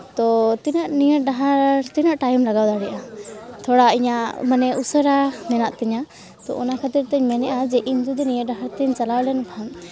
ᱛᱚ ᱛᱤᱱᱟᱹᱜ ᱱᱤᱭᱟᱹ ᱰᱟᱦᱟᱨ ᱛᱤᱱᱟᱹᱜ ᱴᱟᱭᱤᱢ ᱞᱟᱜᱟᱣ ᱫᱟᱲᱮᱭᱟᱜᱼᱟ ᱛᱷᱚᱲᱟ ᱤᱧᱟᱹᱜ ᱢᱟᱱᱮ ᱩᱥᱟᱹᱨᱟ ᱢᱮᱱᱟᱜ ᱛᱤᱧᱟ ᱛᱚ ᱚᱱᱟ ᱠᱷᱟᱹᱛᱤᱨ ᱛᱮᱧ ᱢᱮᱱᱮᱫᱼᱟ ᱡᱮ ᱤᱧ ᱡᱚᱫᱤ ᱱᱤᱭᱟᱹ ᱰᱟᱦᱟᱨ ᱛᱤᱧ ᱪᱟᱞᱟᱣ ᱞᱮᱱᱠᱷᱟᱡ